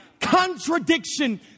contradiction